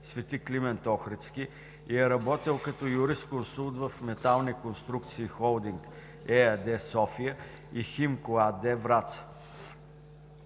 „Св. Климент Охридски“ и е работил като юрисконсулт в „Метални конструкции холдинг“ ЕАД – София, и „Химко“ АД – Враца,